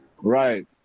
Right